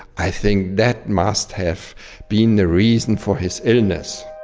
i think that must have been the reason for his illness.